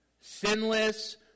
sinless